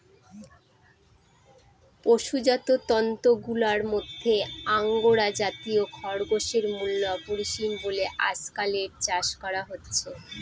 পশুজাত তন্তুগুলার মধ্যে আঙ্গোরা জাতীয় খরগোশের মূল্য অপরিসীম বলে আজকাল এর চাষ করা হচ্ছে